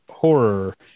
horror